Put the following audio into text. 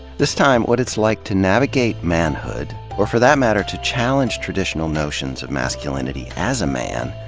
this time, what it's like to navigate manhood or, for that matter to challenge traditional notions of masculinity, as a man,